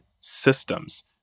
systems